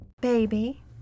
Baby